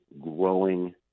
growing